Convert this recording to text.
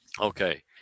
Okay